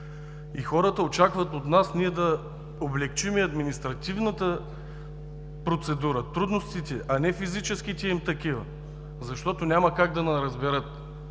Хората очакват от нас да облекчим административната процедура, трудностите, а не физическите им такива, защото няма как да ни разберат.